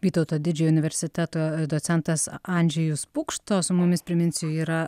vytauto didžiojo universiteto docentas andžejus pukšto su mumis priminsiu yra